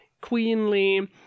queenly